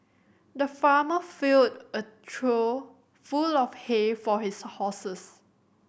the farmer filled a trough full of hay for his horses